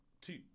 two